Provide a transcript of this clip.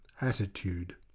ATTITUDE